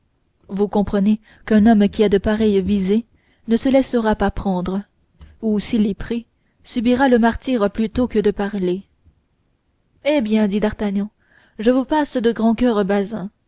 vous comprenez qu'un homme qui a de pareilles visées ne se laissera pas prendre ou s'il est pris subira le martyre plutôt que de parler bien bien dit d'artagnan je vous passe de grand coeur bazin